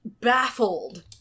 Baffled